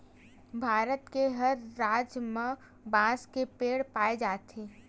भारत के हर राज म बांस के पेड़ पाए जाथे